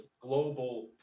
global